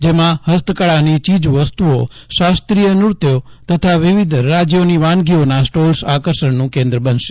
જેમાં હસ્તકળાની ચીજવસ્તુઓ શાસ્ત્રીય નૃત્યો તથા વિવિધ રાજ્યોની વાનગીઓના સ્ટોલ્સ આકર્ષણનું કેન્દ્ર બનશે